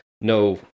no